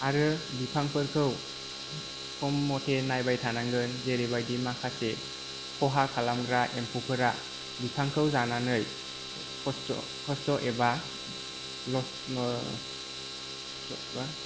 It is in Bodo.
आरो बिफांफोरखौ सम मथे नायबाय थानांगोन जेरैबादि माखासे खहा खालामग्रा एम्फौफोरा बिफांखौ जानानै खस्थ खस्थ एबा नस नस्थ बा